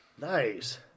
Nice